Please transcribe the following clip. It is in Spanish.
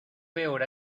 peor